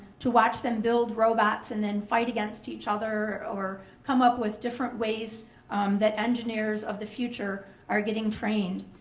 to watch them build robots and then fight against each other or come up with different ways that engineers of the future are getting trained.